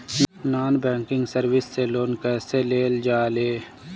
Non banking service से loan कैसे लेल जा ले?